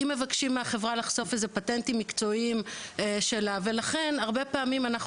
אם מבקשים מהחברה לחשוף איזה פטנטים מקצועיים שלה ולכן הרבה פעמים,